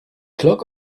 clock